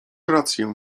rację